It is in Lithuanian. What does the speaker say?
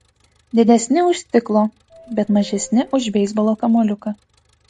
didesni už stiklo bet mažesni už beisbolo kamuoliuką